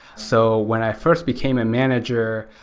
so when i first became a manager,